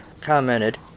commented